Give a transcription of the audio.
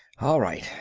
all right.